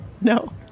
no